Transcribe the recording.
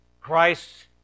Christ